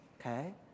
okay